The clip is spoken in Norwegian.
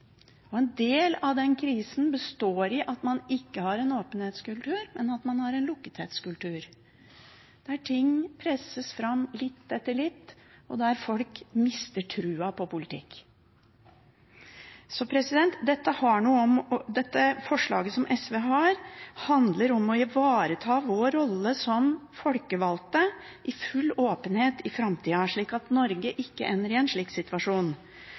En del av den krisen består i at man ikke har en åpenhetskultur, men at man har en lukkethetskultur, der ting presses fram litt etter litt, og der folk mister trua på politikk. Så dette forslaget som SV har, handler om å ivareta vår rolle som folkevalgte i full åpenhet i framtida, slik at Norge ikke ender i en slik situasjon.